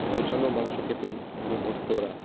ঝলাসানো মাংস খেতে অভ্যস্ত ওরা